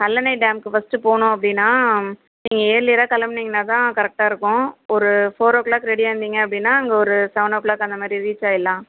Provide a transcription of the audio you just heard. கல்லணை டேமுக்கு ஃபஸ்ட்டு போகணும் அப்படின்னா நீங்கள் இயர்லியராக கிளம்புனீங்கனா தான் கரெக்டாக இருக்கும் ஒரு ஃபோர் ஓ க்ளாக் ரெடியாக இருந்தீங்க அப்படின்னா அங்கே ஒரு செவன் ஓ க்ளாக் அந்த மாதிரி ரீச் ஆகிட்லாம்